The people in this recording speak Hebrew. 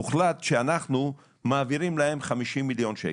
הוחלט שאנחנו מעבירים להם 50 מיליון שקל.